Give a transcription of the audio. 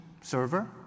server